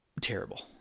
terrible